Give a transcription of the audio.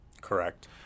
Correct